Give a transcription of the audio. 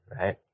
right